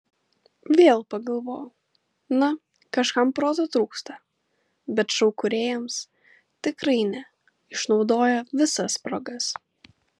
vėl pagalvojau na kažkam proto trūksta bet šou kūrėjams tikrai ne išnaudoja visas progas